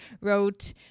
wrote